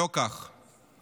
אז אני אגיד לך משהו אחר.